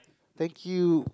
thank you